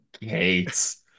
gates